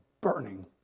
burning